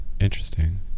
Interesting